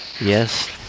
Yes